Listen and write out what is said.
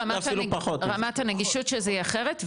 רמת הנגישות של זה היא אחרת,